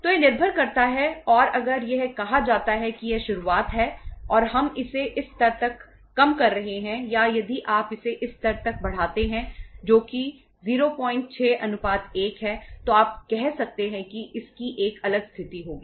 तो यह निर्भर करता है और अगर यह कहा जाता है कि यह शुरुआत है और हम इसे इस स्तर तक कम कर रहे हैं या यदि आप इसे इस स्तर तक बढ़ाते हैं जो कि 06 1 है तो आप कह सकते हैं कि इसकी एक अलग स्थिति होगी